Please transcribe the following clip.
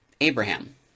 Abraham